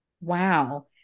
Wow